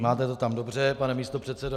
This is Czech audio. Máte to tam dobře, pane místopředsedo.